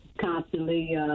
constantly